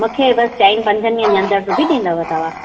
मूंखे बसि चइनि पंजनि ॾींहंनि जे अंदरि सिबी ॾींदव तव्हां